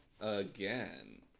again